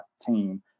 team